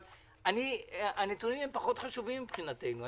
אבל הנתונים פחות חשובים מבחינתנו.